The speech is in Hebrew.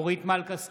אורית מלכה סטרוק,